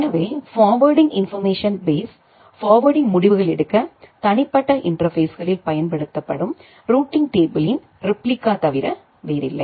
எனவே forwarding information base forwarding முடிவுகள் எடுக்க தனிப்பட்ட இன்டர்பேஸ்களில் பயன்படுத்தப்படும் ரூட்டிங் டேபிளின் ரிப்ளிகா தவிர வேறில்லை